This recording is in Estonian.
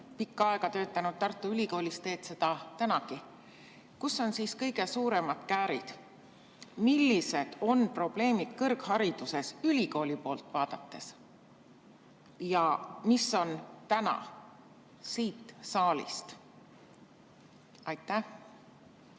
pikka aega töötanud Tartu Ülikoolis ja töötad seal tänagi. Kus on siis kõige suuremad käärid? Millised on probleemid kõrghariduses ülikooli poolt vaadates ja mis on need täna siit saalist